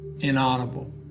inaudible